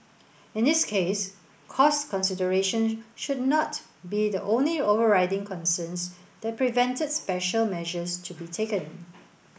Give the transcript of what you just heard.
in this case cost considerations should not be the only overriding concerns that prevented special measures to be taken